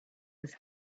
his